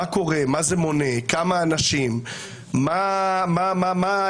מה קורה, מה זה מונה, כמה אנשים ומה ההיקף.